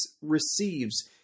receives